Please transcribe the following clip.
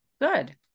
good